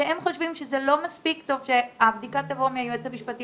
חושבים שזה לא מספיק טוב שהבדיקה תבוא מהיועץ המשפטי